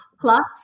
plus